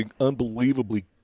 unbelievably